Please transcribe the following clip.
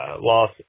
loss